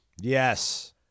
Yes